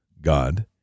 God